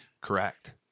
correct